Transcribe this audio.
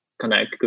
connect